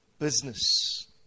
business